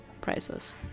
priceless